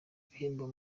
ibihembo